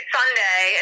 Sunday